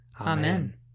Amen